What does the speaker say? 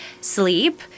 sleep